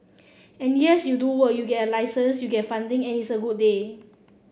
and yes you do work you get a license you get funding and it's a good day